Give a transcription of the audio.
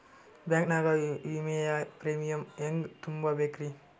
Bank ನಾಗ ವಿಮೆಯ premium ಹೆಂಗ್ ತುಂಬಾ ಬೇಕ್ರಿ?